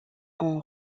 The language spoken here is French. ont